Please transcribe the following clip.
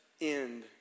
end